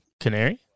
Canary